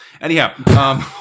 Anyhow